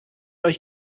euch